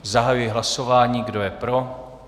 Zahajuji hlasování, kdo je pro?